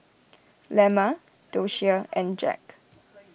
Lemma Doshia and Jacque